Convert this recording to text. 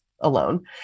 alone